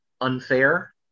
unfair